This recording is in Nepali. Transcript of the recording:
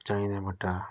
चाइनाबाट